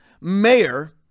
mayor